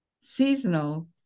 seasonal